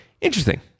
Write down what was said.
Interesting